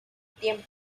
tiempo